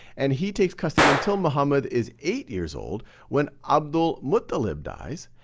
and he takes custody until muhammad is eight years old when abdul-muttalib dies,